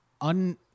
un-